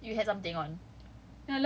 but just now you had you had something on